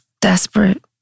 desperate